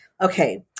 Okay